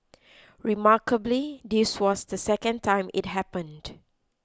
remarkably this was the second time it happened